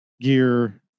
gear